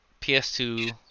PS2